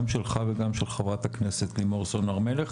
שלך וגם של חברת הכנסת לימור סון הר מלך,